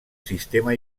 sistema